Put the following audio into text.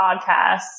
podcast